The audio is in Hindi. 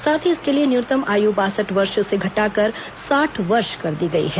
साथ ही इसके लिए न्यूनतम आयु बासठ वर्ष को घटाकर साठ वर्ष कर दी गई है